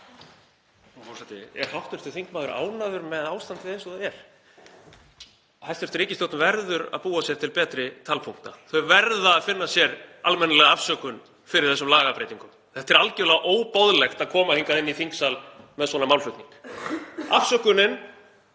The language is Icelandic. Frú forseti. Er hv. þingmaður ánægður með ástandið eins og það er? Hæstv. ríkisstjórn verður að búa sér til betri talpunkta. Þau verða að finna sér almennilega afsökun fyrir þessum lagabreytingum. Það er algerlega óboðlegt að koma hingað inn í þingsal með svona málflutning. Afsökunin